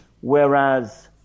whereas